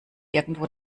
irgendwo